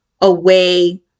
away